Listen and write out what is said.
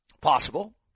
Possible